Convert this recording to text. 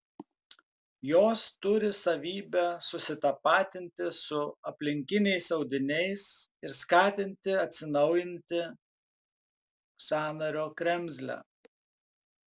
jos turi savybę susitapatinti su aplinkiniais audiniais ir skatinti atsinaujinti sąnario kremzlę